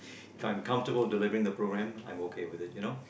if I'm comfortable delivering the programme I'm okay with it you know